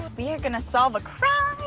we're gonna solve a crime.